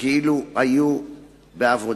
כאילו היו בעבודה.